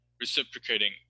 reciprocating